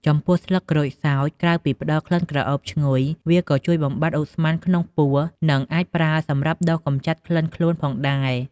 ចំពោះស្លឹកក្រូចសើច ក្រៅពីផ្តល់ក្លិនក្រអូបឈ្ងុយ វាក៏ជួយបំបាត់ឧស្ម័នក្នុងពោះ និងអាចប្រើសម្រាប់ដុសកម្ចាត់ក្លិនខ្លួនផងដែរ។